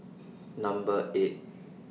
Number eight